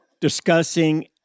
discussing